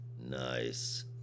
Nice